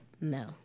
No